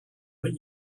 but